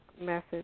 message